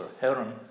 Heron